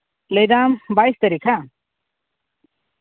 ᱞᱟᱹᱭ ᱫᱟᱢ ᱵᱟᱭᱤᱥ ᱛᱟᱨᱤᱠᱷ ᱦᱮᱸᱵᱟᱝ